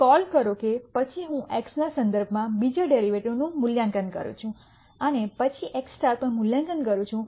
તે કોલ કરો કે પછી હું x ના સંદર્ભમાં બીજા ડેરિવેટિવ નું મૂલ્યાંકન કરું છું અને પછી x પર મૂલ્યાંકન કરું છું